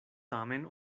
tamen